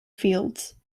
fields